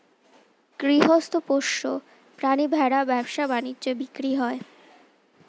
গৃহস্থ পোষ্য প্রাণী ভেড়া ব্যবসা বাণিজ্যে বিক্রি হয়